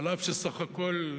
אף שסך הכול,